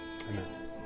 Amen